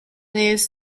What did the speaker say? use